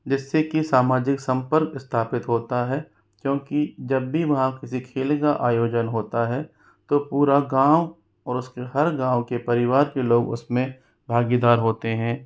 जिससे कि सामाजिक संपर्क स्थापित होता है क्योंकि जब भी वहाँ किसी खेल का आयोजन होता है तो पूरा गाँव और उसके हर गाँव के परिवार के लोग उसमें भागीदार होते हैं